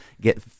get